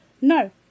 No